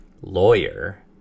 lawyer